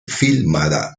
filmada